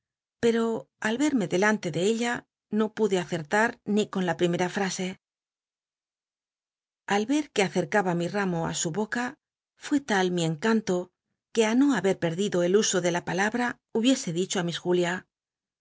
pero al y erme delante de ella no pude acertar ni con la primera fmse al y cr que acercaba mi ramo á su boca fué tal mi encanto que i no babct perdido el uso de la palabra hubiese dicho í miss julia